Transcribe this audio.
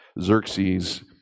Xerxes